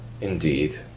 indeed